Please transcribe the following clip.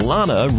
Lana